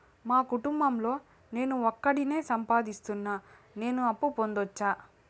మా కుటుంబం లో నేను ఒకడినే సంపాదిస్తున్నా నేను అప్పు పొందొచ్చా